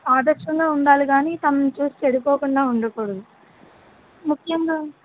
ఆదర్శంగా ఉండాలి కానీ తనని చూసి చెడిపోకుండా ఉండకూడదు ముఖ్యంగా